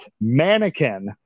Mannequin